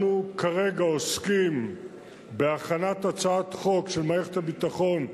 אנחנו כרגע עוסקים בהכנת הצעת חוק של מערכת הביטחון,